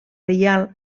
reial